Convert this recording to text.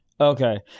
Okay